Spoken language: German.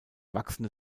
wachsende